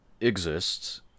exists